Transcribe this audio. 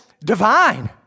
divine